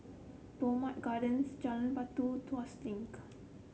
Bowmont Gardens Jalan Batu Tuas Link